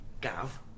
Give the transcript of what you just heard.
Gav